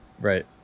Right